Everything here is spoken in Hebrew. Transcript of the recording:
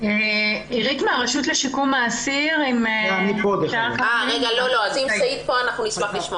בכל אסיר אלמ"ב ששפוט מעל שישה חודשים וכמובן גם מתייחסת